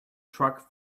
truck